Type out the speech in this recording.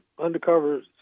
Undercover